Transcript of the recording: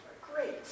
Great